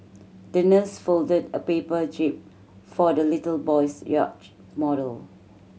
the nurse folded a paper jib for the little boy's yacht model